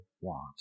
want